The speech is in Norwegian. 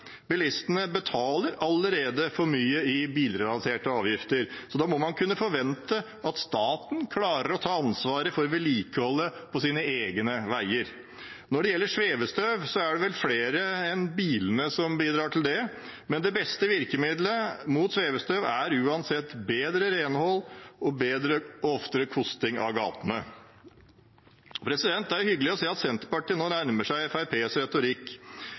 Bilistene betaler allerede for mye i bilrelaterte avgifter, så da må man kunne forvente at staten klarer å ta ansvaret for vedlikeholdet på sine egne veier. Når det gjelder svevestøv, er det flere enn bilene som bidrar til det, men det beste virkemiddelet mot svevestøv er uansett bedre renhold og oftere kosting av gatene. Det er hyggelig å se at Senterpartiet nå nærmer seg Fremskrittspartiets retorikk.